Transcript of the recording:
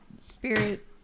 spirit